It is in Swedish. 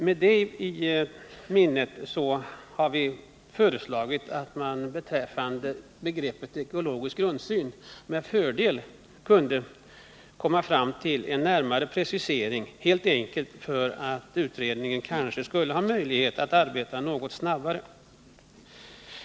Med detta i minnet har vi föreslagit att man när det gäller begreppet ekologisk grundsyn borde försöka komma fram till en närmare precisering helt enkelt för att möjliggöra för utredningen att arbeta något snabbare.